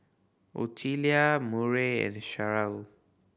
Ottilia Murray and Sharyl